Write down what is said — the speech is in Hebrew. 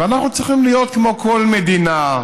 ואנחנו צריכים להיות כמו כל מדינה,